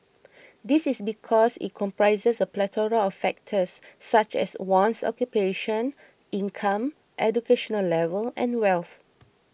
this is because it comprises a plethora of factors such as one's occupation income education level and wealth